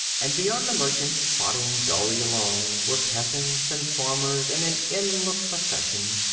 and beyond the merchants, plodding dully along, were peasants and farmers in an endless procession,